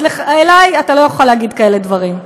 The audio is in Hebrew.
אז לי אתה לא יכול להגיד כאלה דברים.